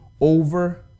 over